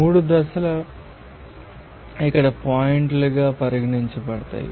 మూడు దశలు ఇక్కడ ఈ పాయింటుగా పరిగణించబడతాయి